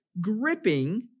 gripping